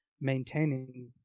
maintaining